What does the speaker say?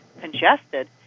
congested